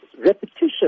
repetition